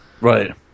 right